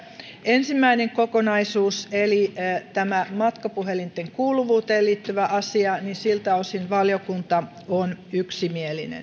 ensimmäinen kokonaisuus eli matkapuhelinten kuuluvuuteen liittyvä asia siltä osin valiokunta on